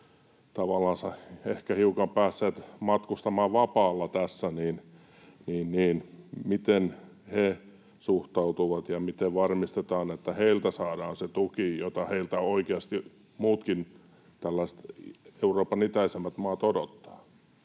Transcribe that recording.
tavallansa ehkä hiukan päässeet matkustamaan vapaalla tässä? Miten varmistetaan, että heiltä saadaan se tuki, jota heiltä oikeasti muutkin tällaiset Euroopan itäisemmät maat odottavat?